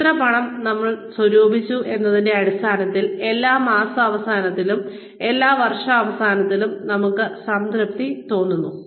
എത്ര പണം നമ്മൾ സ്വരൂപിച്ചു എന്നതിന്റെ അടിസ്ഥാനത്തിൽ എല്ലാ മാസാവസാനത്തിലും എല്ലാ വർഷാവസാനത്തിലും നമ്മൾക്ക് സംതൃപ്തി തോന്നുന്നു